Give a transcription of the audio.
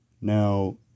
Now